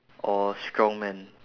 or strongmen